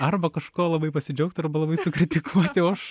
arba kažkuo labai pasidžiaugt arba labai sukritikuoti o aš